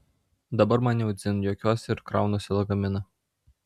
dabar man jau dzin juokiuosi ir kraunuosi lagaminą